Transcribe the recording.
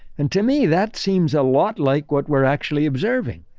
and to me, that seems a lot like what we're actually observing.